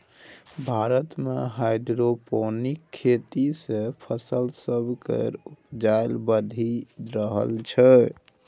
भारत मे हाइड्रोपोनिक खेती सँ फसल सब केर उपजा बढ़ि रहल छै